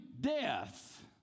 death